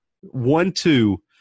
one-two